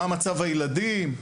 מה מצב הילדים,